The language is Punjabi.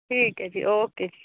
ਠੀਕ ਹੈ ਜੀ ਓਕੇ ਜੀ